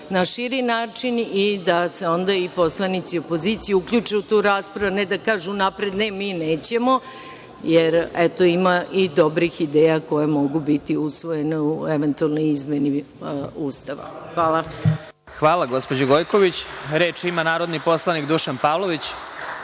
na širi način i da se onda i poslanici opozicije uključe u tu raspravu, a ne da kažu unapred – ne, mi nećemo. Jer, eto, ima i dobrih ideja koje mogu biti usvojene u eventualnim izmenama Ustava. Hvala. **Vladimir Marinković** Hvala, gospođo Gojković. Reč ima narodni poslanik Dušan Pavlović.